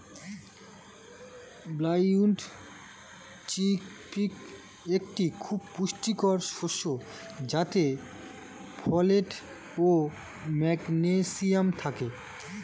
brown chickpea একটি খুবই পুষ্টিকর শস্য যাতে ফোলেট ও ম্যাগনেসিয়াম থাকে